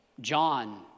John